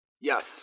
Yes